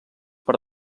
per